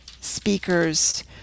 speakers